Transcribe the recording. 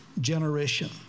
generation